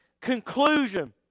conclusion